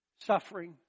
Suffering